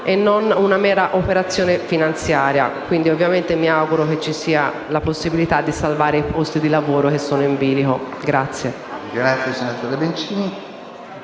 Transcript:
non una mera operazione finanziaria. Quindi, ovviamente, mi auguro che ci sia la possibilità di salvare i posti di lavoro in bilico.